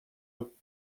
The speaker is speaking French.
eux